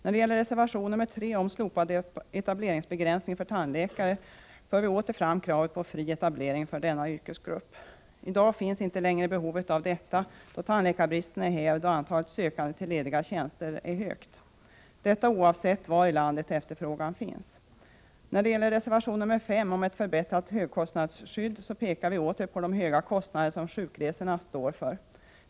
I reservation 3 om slopad etableringsbegränsning för tandläkare för vi åter fram kravet på fri etablering för denna yrkesgrupp. I dag finns inte längre behovet av etableringsbegränsning, då tandläkarbristen är hävd och antalet sökande till lediga tjänster är högt — detta oavsett var i landet efterfrågan finns. I reservation 5 om ett förbättrat högkostnadsskydd pekar vi åter på de höga kostnader som sjukresorna står för.